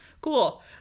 cool